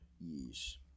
Yes